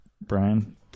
Brian